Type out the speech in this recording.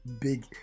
big